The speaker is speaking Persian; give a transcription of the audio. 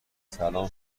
سلام